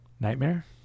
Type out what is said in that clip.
Nightmare